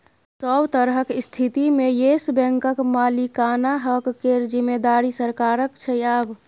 सभ तरहक स्थितिमे येस बैंकक मालिकाना हक केर जिम्मेदारी सरकारक छै आब